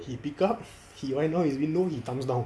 he pick up he wine down his window he thumbs down